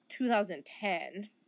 2010